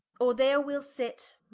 or there wee'l sit,